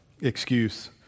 excuse